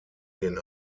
den